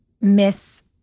miss